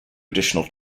additional